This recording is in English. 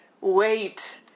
Wait